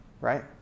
Right